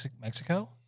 Mexico